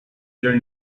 their